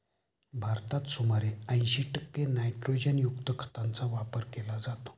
भारतात सुमारे ऐंशी टक्के नायट्रोजनयुक्त खतांचा वापर केला जातो